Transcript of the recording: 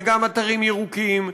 וגם אתרים ירוקים,